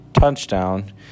touchdown